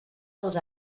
dels